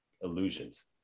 illusions